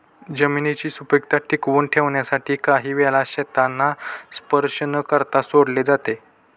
जमिनीची सुपीकता टिकवून ठेवण्यासाठी काही वेळा शेतांना स्पर्श न करता सोडले जाते